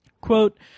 quote